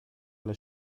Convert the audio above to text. alla